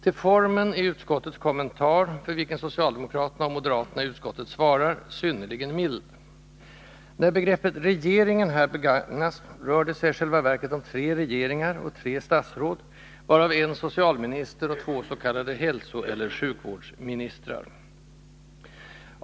Till formen är utskottets kommentar, för vilken socialdemokraterna och moderaterna i utskottet svarar, synnerligen mild. När begreppet ”regeringen” här begagnas rör det sig i själva verket om tre regeringar och tre statsråd, varav en socialminister och två s.k. hälsoeller sjukvårds”ministrar”.